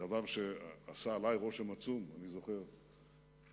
דבר שעשה עלי רושם עצום, אני זוכר כילד.